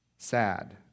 Sad